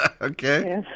Okay